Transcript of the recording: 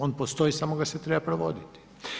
On postoji samo ga se treba provoditi.